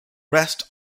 rest